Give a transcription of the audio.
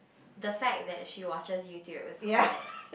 the fact that she watches YouTube is quite